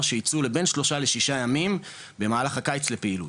שייצאו לבין שלושה לשישה ימים במהלך הקיץ לפעילות.